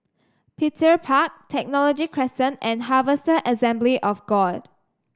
Petir Park Technology Crescent and Harvester Assembly of God